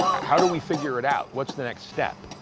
how do we figure it out? what's the next step?